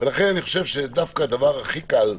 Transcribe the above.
ולכן אני חושב שדווקא הדבר הכי קל,